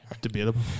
Debatable